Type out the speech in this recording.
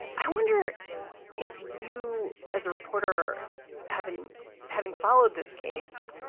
i wonder if you as a reporter have in having followed this case